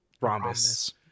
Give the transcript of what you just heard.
Rhombus